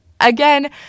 again